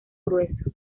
grueso